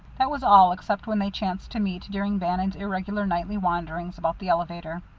that was all except when they chanced to meet during bannon's irregular nightly wanderings about the elevator.